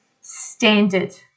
standard